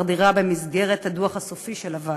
דירה במסגרת הדוח הסופי של הוועדה.